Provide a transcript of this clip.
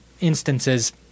instances